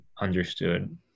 understood